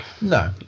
No